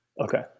Okay